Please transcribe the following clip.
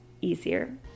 easier